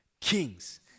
kings